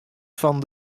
fan